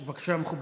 בבקשה, מכובדי.